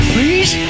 Please